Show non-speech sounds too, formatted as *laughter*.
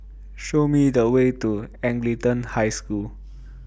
Show Me The Way to Anglican High School *noise*